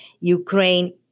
Ukraine